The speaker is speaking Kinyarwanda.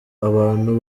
abantu